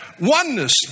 oneness